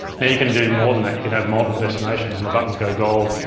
now, you can do more than that, you could have multiple destinations and the buttons go gold.